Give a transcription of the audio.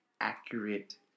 accurate